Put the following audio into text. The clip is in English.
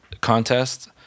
contest